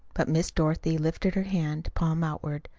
but miss dorothy lifted her hand, palm outward.